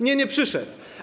Nie, nie przyszedł.